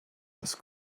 was